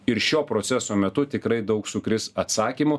ir šio proceso metu tikrai daug sukris atsakymų